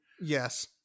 Yes